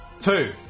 Two